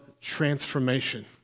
transformation